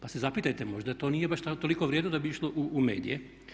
Pa se zapitajte možda to nije baš toliko vrijedno da bi išlo u medije.